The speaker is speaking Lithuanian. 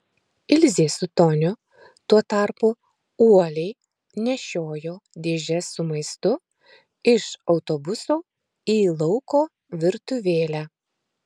ilzė su toniu tuo tarpu uoliai nešiojo dėžes su maistu iš autobuso į lauko virtuvėlę